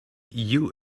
you